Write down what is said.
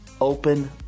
Open